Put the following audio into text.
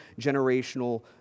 generational